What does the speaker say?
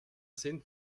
sind